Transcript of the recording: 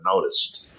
noticed